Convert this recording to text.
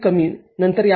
७ १० ०